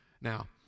Now